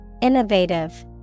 Innovative